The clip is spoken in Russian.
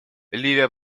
ливия